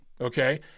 okay